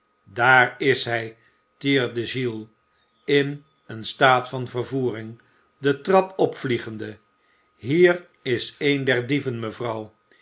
daar is hij tierde oiles in een staat van vervoering de trap opvliegende hier is een der dieven mevrouw